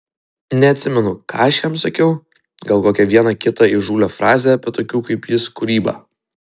neatsimenu ką aš jam sakiau gal kokią vieną kitą įžūlią frazę apie tokių kaip jis kūrybą